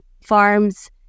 farms